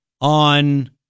on